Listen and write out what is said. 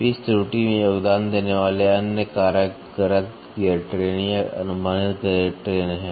pitch त्रुटि में योगदान देने वाले अन्य कारक गलत गियर ट्रेन या अनुमानित गियर ट्रेन हैं